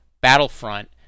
battlefront